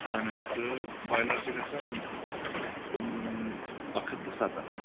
اَہَن حظ تہٕ بۄیِلَر چھِ گژھان اَکھ ہَتھ تہٕ سَتَتھ